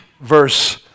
verse